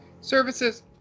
services